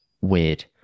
weird